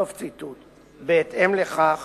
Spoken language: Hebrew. בהתאם לכך